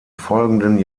folgenden